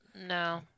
No